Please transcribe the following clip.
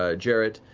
ah jarrett,